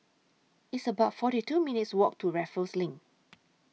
It's about forty two minutes' Walk to Raffles LINK